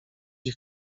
ich